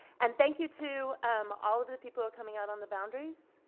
and thank you to um all of the people who are coming out on the boundaries.